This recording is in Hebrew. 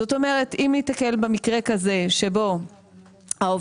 זאת אומרת אם ניתקל במקרה כזה שבו העובד,